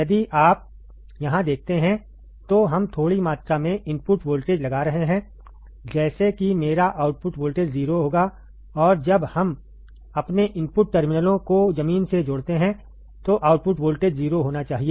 यदि आप यहां देखते हैं तो हम थोड़ी मात्रा में इनपुट वोल्टेज लगा रहे हैं जैसे कि मेरा आउटपुट वोल्टेज 0 होगा और जब हम अपने इनपुट टर्मिनलों को जमीन से जोड़ते हैं तो आउटपुट वोल्टेज 0 होना चाहिए